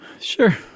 Sure